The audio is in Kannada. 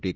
ಟಿ